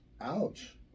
Ouch